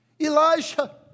Elijah